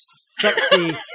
Sexy